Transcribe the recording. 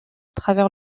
travers